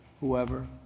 whoever